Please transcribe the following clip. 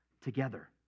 together